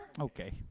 Okay